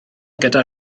gyda